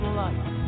life